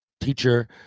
teacher